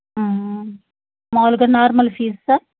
మామూలుగా normal fees sir